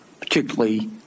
particularly